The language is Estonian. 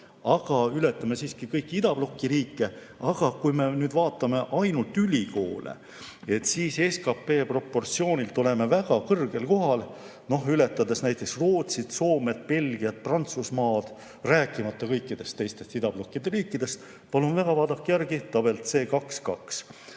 aga ületame siiski kõiki idabloki riike. Kui me vaatame ainult ülikoole, siis SKP proportsiooni poolest oleme väga kõrgel kohal, ületades näiteks Rootsit, Soomet, Belgiat ja Prantsusmaad, rääkimata kõikidest teistest idabloki riikidest. Palun väga, vaadake järele, tabel C2.2.